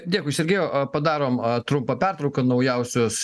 dėkui sergėjau a padarom trumpą pertrauką naujausios